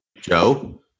Joe